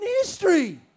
history